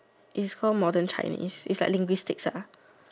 it's called modern Chinese it's like linguistics ah